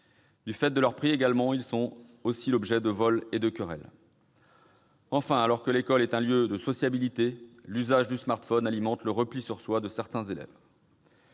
Du fait de leur prix, ils sont en outre l'objet de vols et de querelles. Enfin, alors que l'école est un lieu de sociabilité, l'usage du smartphone alimente le repli sur soi de certains élèves.